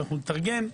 שנתרגם,